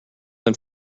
than